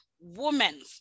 women